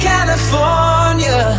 California